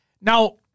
Now